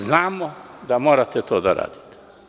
Znamo da morate to da radite.